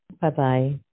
Bye-bye